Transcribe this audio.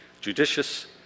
judicious